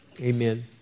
Amen